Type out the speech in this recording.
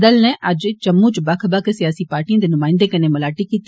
दल नै अज्ज जम्मू च बक्ख बक्ख सियासी पार्टिएं दे नुमायन्दे कन्नै मलादी कीती